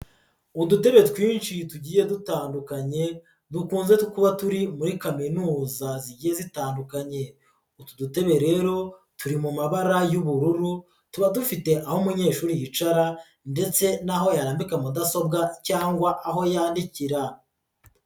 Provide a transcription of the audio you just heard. Udutebe twinshi tugiye dutandukanye, dukunze tuba turi muri kaminuza zigiye zitandukanye. Utu dutebe rero turi mu mabara y'ubururu, tuba dufite aho umunyeshuri yicara ndetse n'aho yarambika mudasobwa cyangwa aho yandikira.